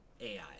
AI